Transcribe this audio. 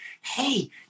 hey